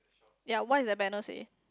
yea what is the banner say